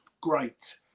Great